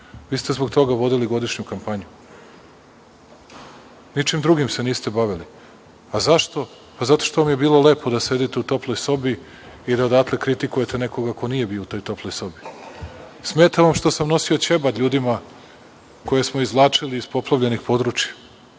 Vi ste zbog toga vodili godišnju kampanju. Ničim drugim se niste bavili. Zašto? Pa, zato što vam je bilo lepo da sedite u toploj sobi i da odatle kritikujete nekog ko nije bio u toj toploj sobi. Smeta vam što sam nosio ćebad ljudima koje smo izvlačili iz poplavljenih područja,